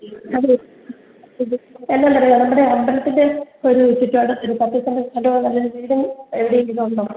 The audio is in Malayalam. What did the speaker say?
എന്നാന്ന് അറിയാമോ നമ്മുടെ അമ്പലത്തിൻ്റെ ഒരു ചുറ്റുവട്ടത്തൊരു പത്തുസെൻറ്റ് സ്ഥലം അതിൽ വീടും എവിടെയേലും ഉണ്ടോ